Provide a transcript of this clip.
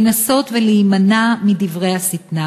לנסות להימנע מדברי השטנה.